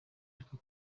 ariko